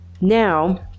Now